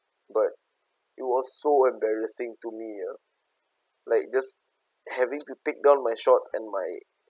but it was so embarrassing to me ah like just having to take down my shorts and my